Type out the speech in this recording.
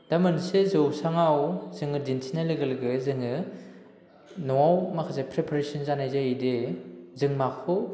दा मोनसे जौस्राङाव जोङो दिन्थिनाय लोगो लोगो जोङो न'आव माखासे प्रिपारेसन जानाय जायो दि जों माखौ